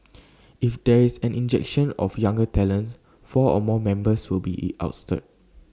if there is an injection of younger talents four or more members will be E ousted